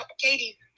Katie